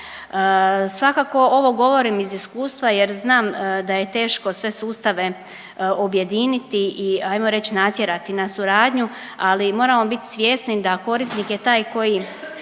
Svakako ovo govorim iz iskustva jer znam da je teško sve sustave objediniti i ajmo reć natjerati na suradnju, ali moramo biti svjesni da korisnik je taj koji